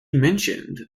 mentioned